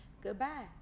Goodbye